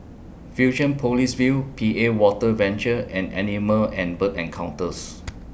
Fusionopolis View P A Water Venture and Animal and Bird Encounters